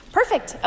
Perfect